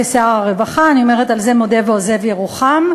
שנייה, מי שמעוניין לדעת מה קורה בסדר-היום.